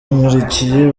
nkurikiye